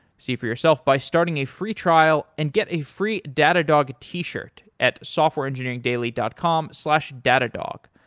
see for yourself by starting a free trial and get a free datadog t-shirt at softwareengineeringdaily dot com slash datadog.